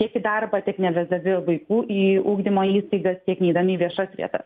tiek į darbą tiek nevesdami vaikų į ugdymo įstaigas tiek neeidami į viešas vietas